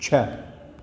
छह